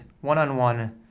one-on-one